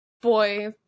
boy